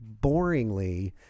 boringly